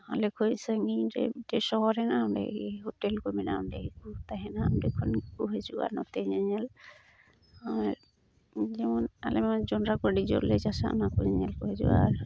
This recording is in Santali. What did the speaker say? ᱟᱞᱮ ᱠᱷᱚᱡ ᱥᱟᱺᱜᱤᱧ ᱨᱮ ᱢᱤᱫᱴᱮᱡ ᱥᱚᱦᱚᱨ ᱦᱮᱱᱟᱜᱼᱟ ᱚᱸᱰᱮ ᱜᱮ ᱦᱚᱴᱮᱞ ᱠᱚ ᱢᱮᱱᱟᱜᱼᱟ ᱚᱸᱰᱮ ᱜᱮᱠᱚ ᱛᱟᱦᱮᱱᱟ ᱚᱸᱰᱮ ᱠᱷᱚᱱ ᱜᱮᱠᱚ ᱦᱤᱡᱩᱜᱼᱟ ᱱᱚᱛᱮ ᱧᱮᱧᱮᱞ ᱟᱨ ᱡᱮᱢᱚᱱ ᱟᱞᱮᱢᱟ ᱡᱚᱱᱰᱨᱟ ᱠᱚ ᱟᱹᱰᱤ ᱡᱳᱨᱞᱮ ᱪᱟᱥᱟ ᱚᱱᱟ ᱠᱚ ᱧᱮᱧᱮᱞ ᱠᱚ ᱦᱤᱡᱩᱜᱼᱟ ᱟᱨ